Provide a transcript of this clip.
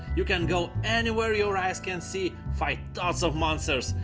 you can go anywhere your eyes can see, fight tons of monsters,